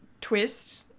twist